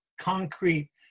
concrete